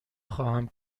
خواهم